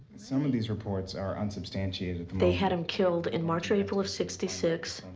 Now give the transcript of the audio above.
some of these reports are unsubstantiated. they had him killed in march or april of sixty six.